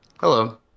Hello